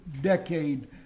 decade